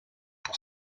pour